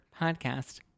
podcast